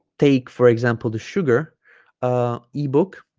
take for example the sugar ah ebook